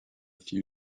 few